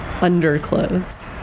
underclothes